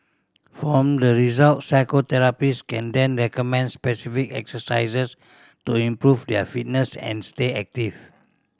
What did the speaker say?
from the results physiotherapists can then recommend specific exercises to improve their fitness and stay active